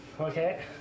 Okay